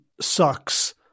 sucks